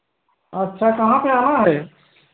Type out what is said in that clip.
अच्छा कहाँ पर आना है